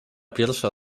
pierwsza